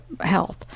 health